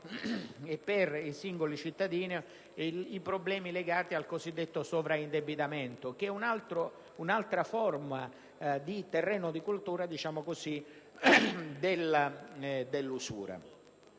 e per i singoli cittadini, i problemi legati al cosiddetto sovraindebitamento, che è un'altro terreno di coltura dell'usura.